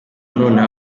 noneho